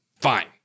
Fine